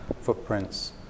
footprints